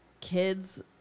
kids